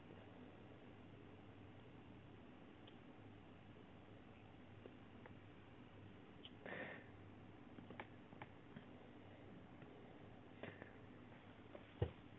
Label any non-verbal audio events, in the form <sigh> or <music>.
<breath>